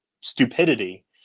stupidity